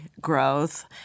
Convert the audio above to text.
growth